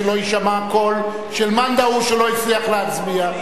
שלא יישמע קול של מאן דהוא שלא הצליח להצביע.